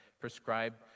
prescribed